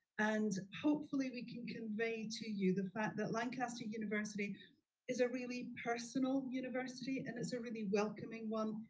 and hopefully we can convey to you the fact that lancaster university is a really personal university, and it's a really welcoming one,